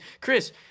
Chris